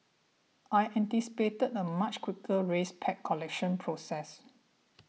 I anticipated a much quicker race pack collection process